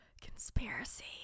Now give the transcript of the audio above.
conspiracy